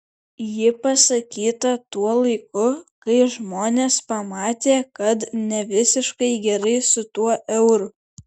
ji pasakyta tuo laiku kai žmonės pamatė kad ne visiškai gerai su tuo euru